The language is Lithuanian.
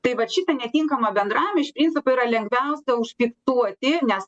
tai vat šitą netinkamą bendravimą iš principo yra lengviausia užfiksuoti nes